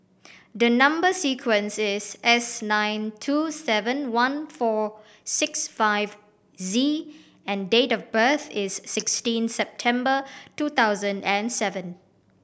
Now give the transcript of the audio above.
number sequence is S nine two seven one four six five Z and date of birth is sixteen September two thousand and seven